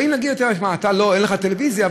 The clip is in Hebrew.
באים ואומרים: אין לך טלוויזיה,